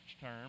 term